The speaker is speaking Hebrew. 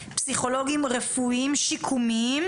פסיכולוגים רפואיים-שיקומיים